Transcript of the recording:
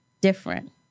different